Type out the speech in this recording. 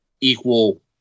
equal